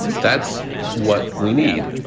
that's what we need.